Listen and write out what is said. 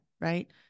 right